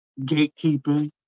gatekeeping